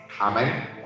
amen